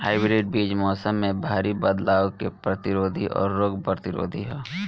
hybrid बीज मौसम में भारी बदलाव के प्रतिरोधी और रोग प्रतिरोधी ह